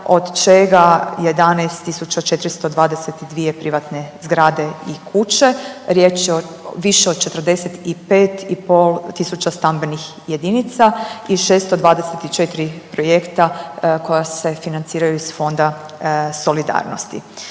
od čega 11 422 privatne zgrade i kuće. Riječ je o više od 45 tisuća stambenih jedinica i 624 projekta koja se financiraju iz Fonda solidarnosti.